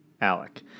Alec